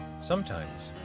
sometimes,